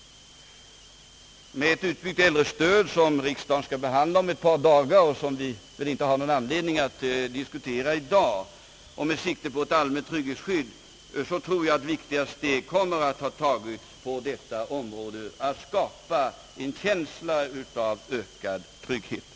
Med ett utbyggt äldrestöd — en fråga som riksdagen skall behandla om ett par dagar och som vi väl inte har någon anledning att diskutera i dag — och med ett allmänt trygghetsskydd tror jag att viktiga steg kommer att ha tagits på detta område när det gäller att skapa en känsla av ökad trygghet.